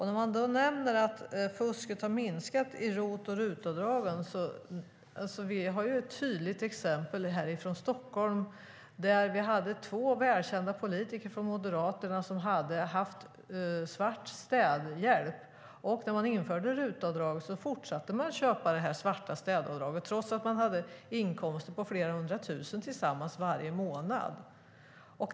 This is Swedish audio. När man säger att fusket har minskat genom ROT och RUT-avdragen vill jag nämna ett tydligt exempel här ifrån Stockholm, där två välkända politiker från Moderaterna hade haft svart städhjälp. När man införde RUT-avdraget fortsatte de köpa svarta städtjänster trots att de hade inkomster på flera hundra tusen tillsammans varje månad.